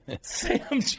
Sam